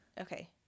okay